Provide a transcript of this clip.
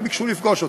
וביקשו לפגוש אותי.